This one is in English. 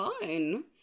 fine